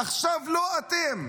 עכשיו לא אתם.